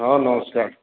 ହଁ ନମସ୍କାର